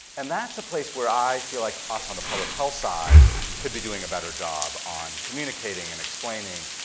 and that's a place where i feel like us on the public health side could be doing a better job on communicating and explaining.